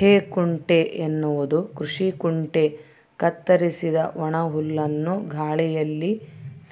ಹೇಕುಂಟೆ ಎನ್ನುವುದು ಕೃಷಿ ಕುಂಟೆ ಕತ್ತರಿಸಿದ ಒಣಹುಲ್ಲನ್ನು ಗಾಳಿಯಲ್ಲಿ